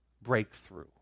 breakthrough